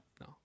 no